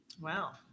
Wow